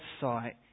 sight